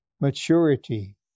maturity